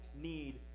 need